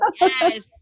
Yes